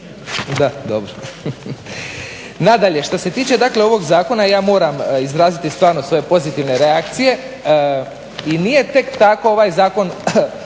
poštujete. Nadalje, što se tiče dakle ovog zakona ja moram izraziti stvarno svoje pozitivne reakcije i nije tek tako ovaj Zakon